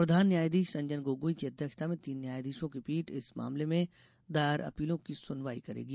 प्रधान न्यायाधीश रंजन गोगोई की अध्यक्षता में तीन न्यायाधीशों की पीठ इस मामले में दायर अपीलों की सुनवाई करेगी